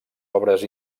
obres